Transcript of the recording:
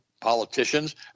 politicians